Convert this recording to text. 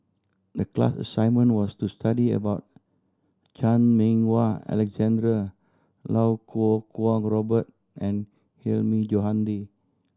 the class assignment was to study about Chan Meng Wah Alexander Iau Kuo Kwong Robert and Hilmi Johandi